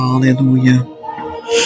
Hallelujah